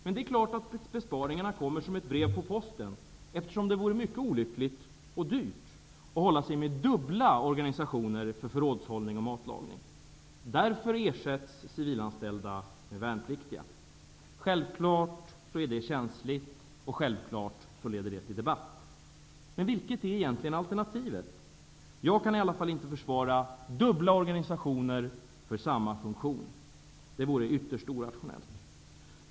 Men, det är klart att besparingarna kommer som ett brev på posten, eftersom det vore mycket olyckligt -- och dyrt -- att hålla sig med dubbla organisationer för förrådshållning och matlagning. Därför ersätts civilanställda med värnpliktiga. Självfallet är det känsligt och självfallet leder detta till debatt. Men vilket är egentligen alternativet? Jag kan i alla fall inte försvara dubbla organisationer för samma funktion. Det vore ytterst orationellt.